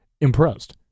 impressed